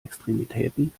extremitäten